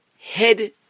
head